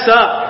up